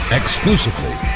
exclusively